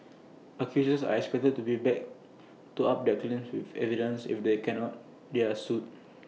accusers are expected to be back to up their claims with evidence if they cannot they are sued